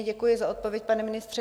Děkuji za odpověď, pane ministře.